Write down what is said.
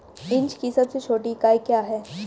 Inch की सबसे छोटी इकाई क्या है?